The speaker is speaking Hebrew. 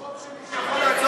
יש חוק שלי שיכול לעצור את זה.